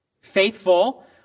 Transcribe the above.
Faithful